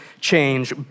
change